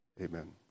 amen